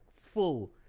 full